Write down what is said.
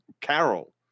Carol